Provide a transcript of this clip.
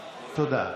תודה.